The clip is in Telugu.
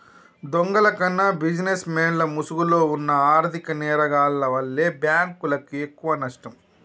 దొంగల కన్నా బిజినెస్ మెన్ల ముసుగులో వున్న ఆర్ధిక నేరగాల్ల వల్లే బ్యేంకులకు ఎక్కువనష్టం